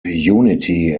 unity